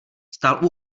stál